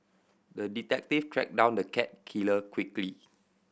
the detective tracked down the cat killer quickly